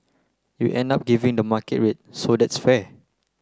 you end up giving the market rate so that's fair